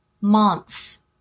months